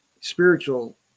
spiritual